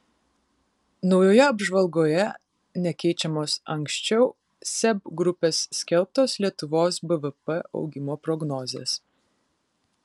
naujoje apžvalgoje nekeičiamos anksčiau seb grupės skelbtos lietuvos bvp augimo prognozės